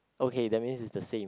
okay that means is the same